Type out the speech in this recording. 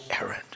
errand